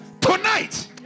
Tonight